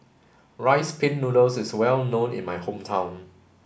rice pin noodles is well known in my hometown